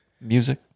music